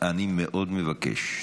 אני מבקש מאוד,